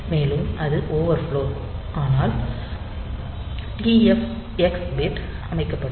மேலும் அது ஓவர்ஃப்லோ ஆனால் TFX பிட் அமைக்கப்படும்